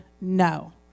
no